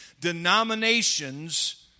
denominations